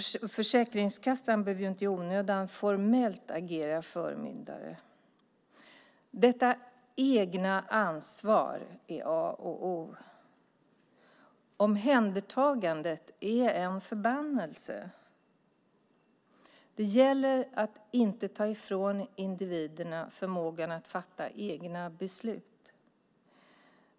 Försäkringskassan behöver inte i onödan formellt agera förmyndare. Detta egna ansvar är A och O. Omhändertagandet är en förbannelse. Det gäller att inte ta ifrån individerna förmågan att fatta egna beslut.